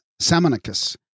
Samonicus